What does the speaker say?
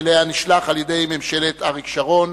שאליה נשלח על-ידי ממשלת אריק שרון,